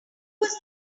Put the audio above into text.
was